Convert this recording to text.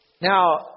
Now